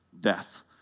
death